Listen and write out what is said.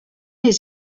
his